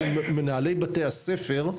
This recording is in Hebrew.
את מנהלי בתי הספר,